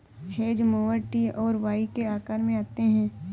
hedge mower T और Y के आकार में आते हैं